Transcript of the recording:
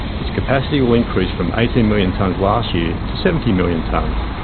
its capacity will increase from eighteen million tonnes last year, to seventy million tonnes.